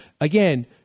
again